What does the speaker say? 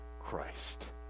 Christ